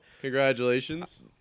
Congratulations